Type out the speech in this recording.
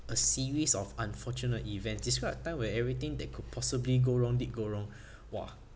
a series of unfortunate events describe a time where everything that could possibly go wrong did go wrong !wah!